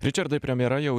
ričardai premjera jau